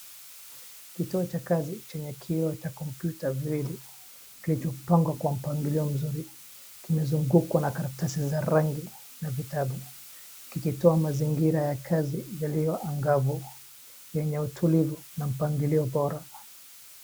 Kituo cha kazi chenye kioo cha computer viwili kilichopangwa kwa mpangilio mzuri kimezungukwa na karatasi za rangi na vitabu kikitoa mazingira ya kazi yaliyo angavu yenye utulivu na mpangilio bora.